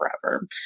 forever